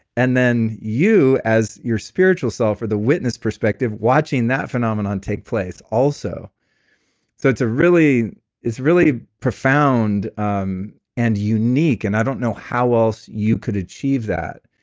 and then you, as your spiritual self, or the witness perspective, watching that phenomenon take place also so, it's ah really it's really profound um and unique, and i don't know how else you could achieve that